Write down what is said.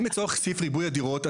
אם לצורך סעיף ריבוי הדירות,